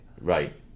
Right